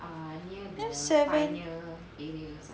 there seven